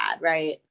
right